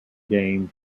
game